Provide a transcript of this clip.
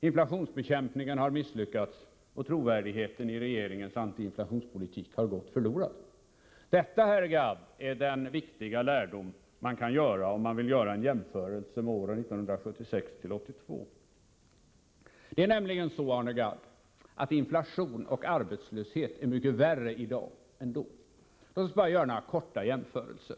Inflationsbekämpningen har misslyckats och trovärdigheten i regeringens anti-inflationspolitik har gått förlorad. Detta, herr Gadd, är den viktiga lärdom man drar, om man gör en jämförelse när det gäller utvecklingen under åren 1976-1982. Det är nämligen så, Arne Gadd, att inflationen och arbetslösheten i dag är mycket värre än tidigare. Jag vill helt kort göra några jämförelser.